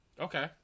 Okay